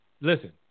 Listen